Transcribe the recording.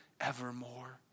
evermore